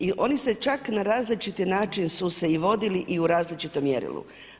I oni se čak na različiti način su se i vodili i u različitom mjerilu.